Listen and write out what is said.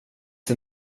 det